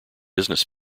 business